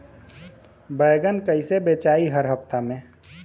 बैगन कईसे बेचाई हर हफ्ता में?